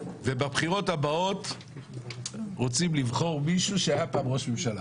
ובבחירות הבאות רוצים לבחור מישהו שהיה פעם ראש ממשלה,